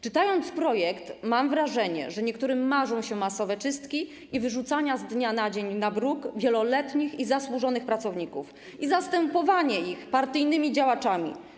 Czytając projekt, mam wrażenie, że niektórym marzą się masowe czystki i wyrzucenie z dnia na dzień na bruk wieloletnich i zasłużonych pracowników i zastępowanie ich partyjnymi działaczami.